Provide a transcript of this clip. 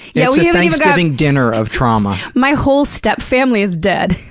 you know yeah thanksgiving dinner of trauma my whole step-family is dead.